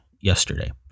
yesterday